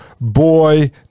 Boy